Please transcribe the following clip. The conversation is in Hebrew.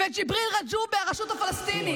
וג'יבריל רג'וב מהרשות הפלסטינית.